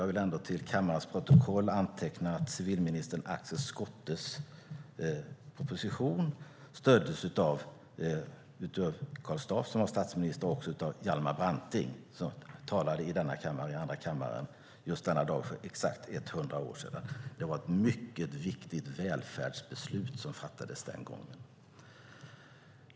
Jag vill ändå för kammarens protokoll framföra att civilminister Axel Schottes opposition stöddes av Karl Staaff, som var statsminister, och även av Hjalmar Branting, som talade i andra kammaren just denna dag för exakt 100 år sedan. Det var ett mycket viktigt välfärdsbeslut som fattades den gången.